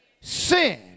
sin